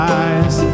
eyes